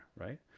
right